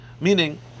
Meaning